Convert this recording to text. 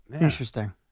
Interesting